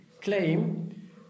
claim